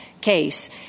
case